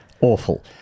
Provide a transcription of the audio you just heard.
awful